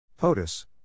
POTUS